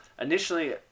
initially